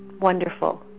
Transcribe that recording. Wonderful